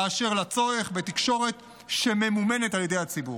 באשר לצורך בתקשורת שממומנת על ידי הציבור,